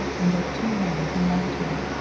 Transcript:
and of two men who loved her.